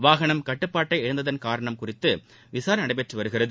வாகளம் கட்டுப்பாட்டை இழந்ததற்கான காரணம் குறித்து விசாரணை நடைபெற்றுவருகிறது